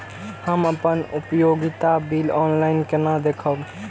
हम अपन उपयोगिता बिल ऑनलाइन केना देखब?